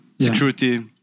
security